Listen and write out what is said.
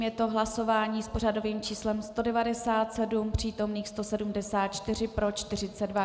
Je to hlasování s pořadovým číslem 197, přítomných 174, pro 42.